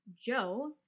Joe